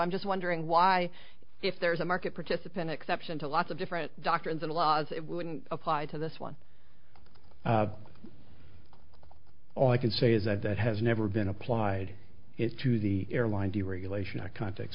i'm just wondering why if there's a market participant exception to lots of different doctrines and laws it wouldn't apply to this one all i can say is that that has never been applied it to the airline deregulation contacts